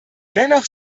dennoch